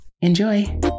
Enjoy